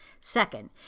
Second